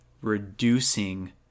reducing